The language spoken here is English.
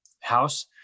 house